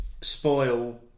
spoil